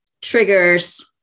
triggers